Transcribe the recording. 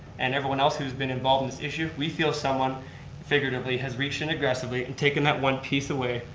and everyone else who's been involved in this issue, we feel someone figuratively has reached in aggressively and taken that one piece away.